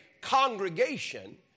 congregation